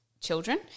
Children